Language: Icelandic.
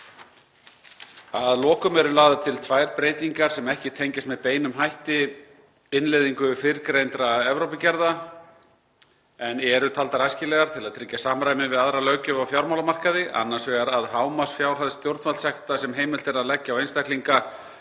Að lokum eru lagðar til tvær breytingar sem ekki tengjast með beinum hætti innleiðingu fyrrgreindra Evrópugerða en eru taldar æskilegar til að tryggja samræmi við aðra löggjöf á fjármálamarkaði. Annars vegar að hámarksfjárhæð stjórnvaldssekta sem heimilt er að leggja á einstaklinga